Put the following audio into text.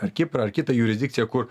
ar kiprą ar kitą jurisdikciją kur